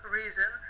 reason